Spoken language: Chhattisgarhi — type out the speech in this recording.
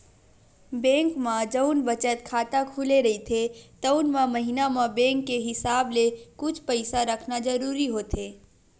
बेंक म जउन बचत खाता खुले रहिथे तउन म महिना म बेंक के हिसाब ले कुछ पइसा रखना जरूरी होथे